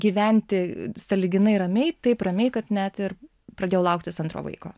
gyventi sąlyginai ramiai taip ramiai kad net ir pradėjau lauktis antro vaiko